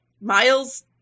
Miles